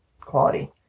quality